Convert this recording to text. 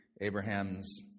Abraham's